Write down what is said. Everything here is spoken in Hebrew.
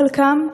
חלקם,